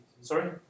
Sorry